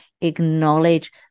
Acknowledge